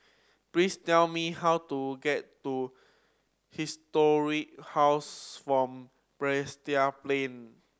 please tell me how to get to Historic House form Balestier Plain